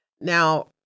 Now